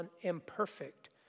imperfect